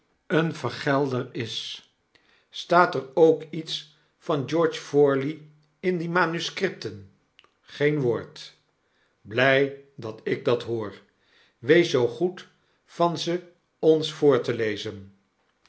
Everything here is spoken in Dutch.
een vergelder is staat er ook iets van george forley in die manuscripten geen woord blij dat ik dat hoor wees zoo goed van ze ons voor te lezen